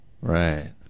Right